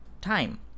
time